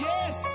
Yes